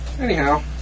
Anyhow